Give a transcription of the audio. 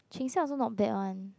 Cheng-Sia also not bad one